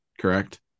Correct